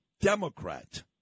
Democrat